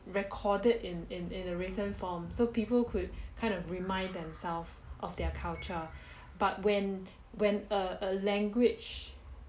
recorded in in in a written form so people could kind of remind themselves of their culture but when when a a language